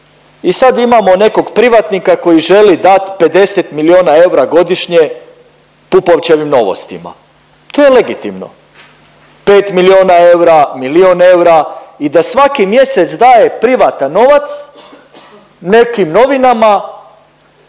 i sad imamo nekog privatnika koji želi dat 50 milijuna eura godišnje Pupovčevim Novostima, to je legitimno, 5 milijuna eura, milijun eura i da svaki mjesec daje privatan novac nekim novinama